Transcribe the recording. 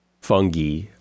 fungi